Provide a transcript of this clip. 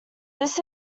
this